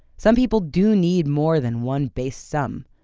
some people do need more than one base sum.